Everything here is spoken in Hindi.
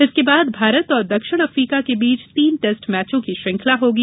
इसके बाद भारत और दक्षिण अफ्रीका के बीच तीन टैस्ट मैचों की श्रृंखला होगी